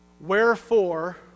Wherefore